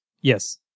Yes